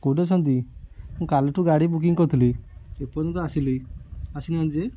କେଉଁଠି ଅଛନ୍ତି ମୁଁ କାଲିଠୁ ଗାଡ଼ି ବୁକିଂ କରିଥିଲି ଏତେ ପର୍ଯ୍ୟନ୍ତ ଆସିଲି ଆସି ନାହାଁନ୍ତି ଯେ